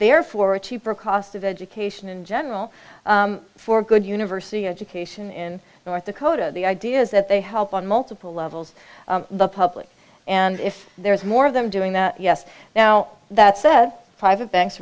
therefore a cheaper cost of education in general for a good university education in north dakota the idea is that they help on multiple levels the public and if there's more of them doing that yes now that said private banks